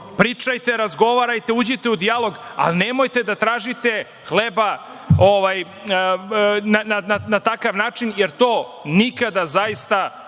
pričajte, razgovarajte, uđite u dijalog, ali nemojte da tražite hleba na takav način, jer to nikada zaista